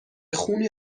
خون